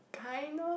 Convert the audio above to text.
kind of